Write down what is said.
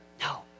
No